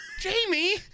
Jamie